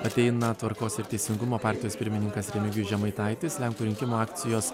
ateina tvarkos ir teisingumo partijos pirmininkas remigijus žemaitaitis lenkų rinkimų akcijos